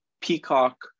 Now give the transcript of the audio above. Peacock